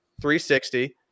360